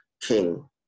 King